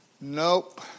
nope